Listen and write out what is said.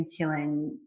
insulin